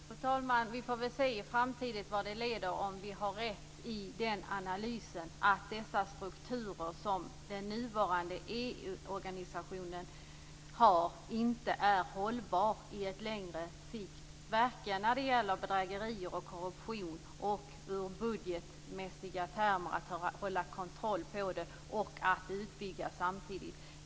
Fru talman! Vi får väl se vart det leder i framtiden och om vi har rätt i vår analys att de strukturer som den nuvarande EU-organisationen har inte är hållbara på längre sikt. Det gäller både bedrägerier och korruption och de budgetmässiga termerna för att hålla kontroll på det och samtidigt utvidga.